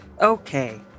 Okay